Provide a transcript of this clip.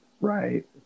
right